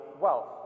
wealth